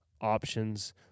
options